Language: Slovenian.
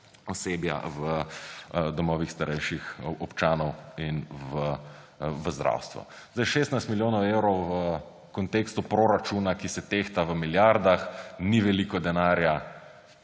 osebja v domovih starejših občanov in v zdravstvo. 16 milijonov evrov v kontekstu proračuna, ki se tehta v milijardah, ni veliko denarja.